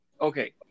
okay